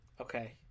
Okay